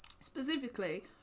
Specifically